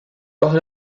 par